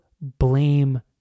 blame